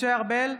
(קוראת בשם חבר הכנסת) משה ארבל,